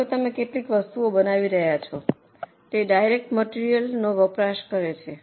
ધારો કે તમે કેટલીક વસ્તુ બનાવી રહ્યા છો તે ડાયરેક્ટ મટેરીઅલનો વપરાશ કરે છે